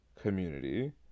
community